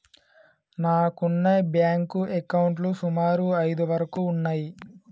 నాకున్న బ్యేంకు అకౌంట్లు సుమారు ఐదు వరకు ఉన్నయ్యి